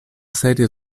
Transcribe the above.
serie